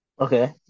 Okay